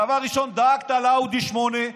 דבר ראשון דאגת לאאודי 8,